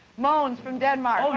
mogens from denmark?